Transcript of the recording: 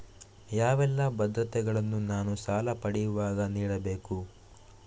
ಯಾವೆಲ್ಲ ಭದ್ರತೆಗಳನ್ನು ನಾನು ಸಾಲ ಪಡೆಯುವಾಗ ನೀಡಬೇಕು?